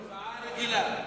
זאת הצעה רגילה.